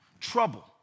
trouble